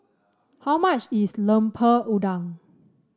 how much is Lemper Udang